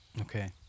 Okay